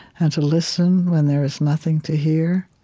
and to listen when there is nothing to hear.